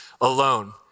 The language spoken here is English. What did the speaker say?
alone